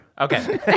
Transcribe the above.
Okay